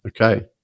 okay